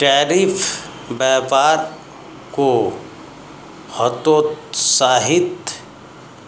tariff व्यापार को हतोत्साहित